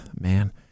man